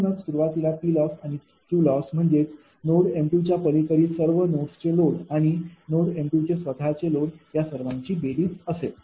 म्हणूनच सुरुवातीला Ploss आणि Qloss म्हणजे नोड m2च्या पलिकडील सर्व नोड्सचे लोड आणि नोड m2चे स्वतः चे लोड या सर्वांची बेरीज असेल